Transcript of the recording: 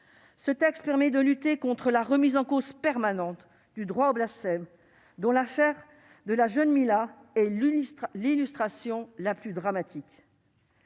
Ce texte permet de lutter contre la remise en cause permanente du droit au blasphème dont l'affaire de la jeune Mila est l'illustration la plus dramatique.